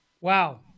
Wow